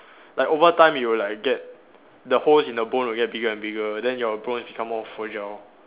like over time it will like get the holes in your bone will get bigger and bigger then your bones become more fragile